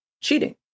cheating